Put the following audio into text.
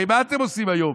הרי מה אתם עושים היום?